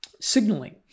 signaling